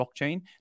blockchain